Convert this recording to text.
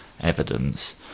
evidence